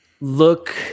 look